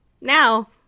now